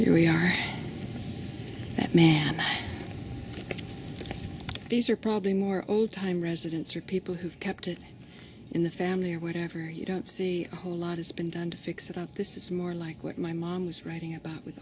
we are that man these are probably more old time residents or people who've kept it in the family or whatever you don't see a whole lot has been done to fix it up this is more like what my mom was writing about with